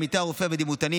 עמיתי הרופא והדימותנים,